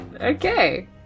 Okay